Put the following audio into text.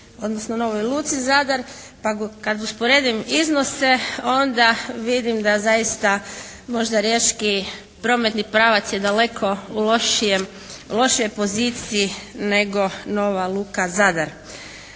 radi se o novoj luci Zadar, pa kad usporedim iznose onda vidim da zaista možda riječki prometni pravac je daleko u lošijoj poziciji nego nova luka Zadar.